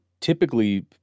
typically